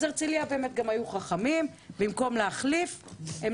אז הרצליה היו חכמים במקום להחליף הם